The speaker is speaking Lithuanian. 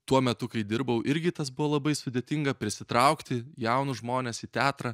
tuo metu kai dirbau irgi tas buvo labai sudėtinga prisitraukti jaunus žmones į teatrą